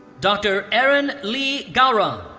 dr. erin lea gawron.